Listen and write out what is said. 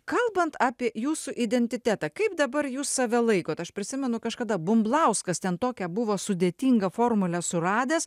kalbant apie jūsų identitetą kaip dabar jūs save laikot aš prisimenu kažkada bumblauskas ten tokią buvo sudėtingą formulę suradęs